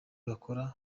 bakora